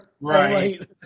right